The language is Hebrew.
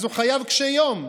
אז הוא חייב קשה יום,